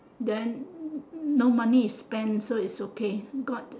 then no money is spent so it's okay god